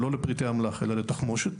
לא לפריטי אמל"ח, אלא לתחמושת.